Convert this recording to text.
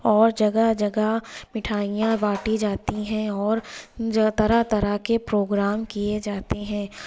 اور جگہ جگہ مٹھائیاں باٹی جاتی ہیں اور طرح طرح کے پروگرام کیے جاتے ہیں